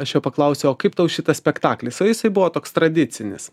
aš jo paklausiau o kaip tau šitas spektaklis o jisai buvo toks tradicinis